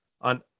on